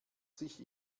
sich